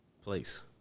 place